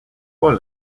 paul